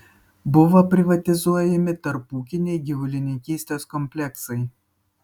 buvo privatizuojami tarpūkiniai gyvulininkystės kompleksai